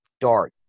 dark